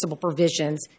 provisions